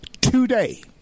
today